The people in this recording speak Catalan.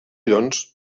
doncs